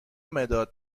مداد